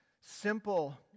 simple